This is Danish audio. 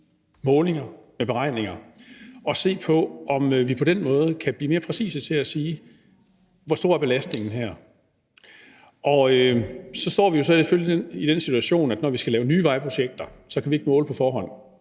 målinger med beregninger, og se på, om vi på den måde kan blive mere præcise til at sige, hvor stor belastningen er et givent sted. Så står vi selvfølgelig i den situation, at når vi skal lave nye vejprojekter, kan vi ikke måle på forhånd,